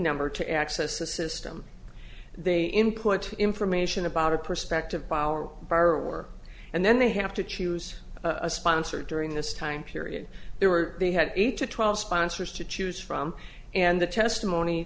number to access the system they input information about a perspective by our borrower and then they have to choose a sponsor during this time period there were they had eight to twelve sponsors to choose from and the testimony